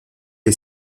les